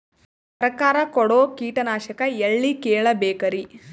ಸರಕಾರ ಕೊಡೋ ಕೀಟನಾಶಕ ಎಳ್ಳಿ ಕೇಳ ಬೇಕರಿ?